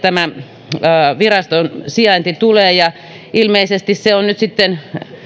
tämä viraston sijainti tulee ja ilmeisesti se on nyt sitten